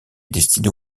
destinés